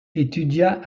étudia